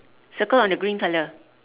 circle on the green colour